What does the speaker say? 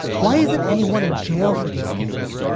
why isn't anyone in jail for these things?